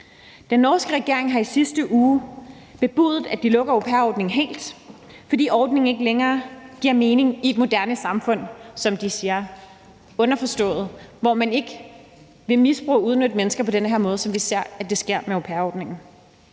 Den norske regering har i sidste uge bebudet, at de lukker au pair-ordningen helt, fordi ordningen ikke længere giver mening i et moderne samfund, som de siger – underforstået: hvor man ikke vil misbruge og udnytte mennesker på den måde, som vi ser det sker med au pair-ordningen.